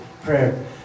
prayer